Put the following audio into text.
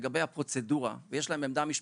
לגבי הפרוצדורה ויש להם עמדה משפטית,